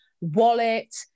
wallet